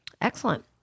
Excellent